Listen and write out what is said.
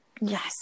yes